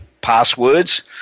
passwords